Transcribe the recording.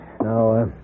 Now